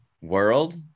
world